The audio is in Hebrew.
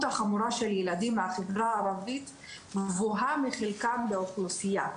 החמורה של ילדים מהחברה הערבית היא גבוהה מחלקם באוכלוסייה,